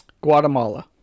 Guatemala